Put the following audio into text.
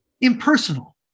impersonal